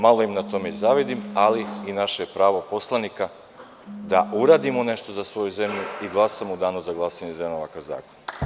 Malo im na tome i zavidim, ali naše je pravo poslanika da uradimo nešto za svoju zemlju i glasamo u danu za glasanje za jedan ovakav zakon.